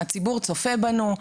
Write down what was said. הציבור צופה בנו,